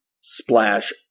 splash